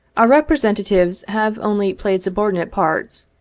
our representatives have only played subordinate parts,